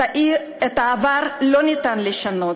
את העבר לא ניתן לשנות,